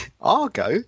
Argo